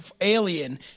alien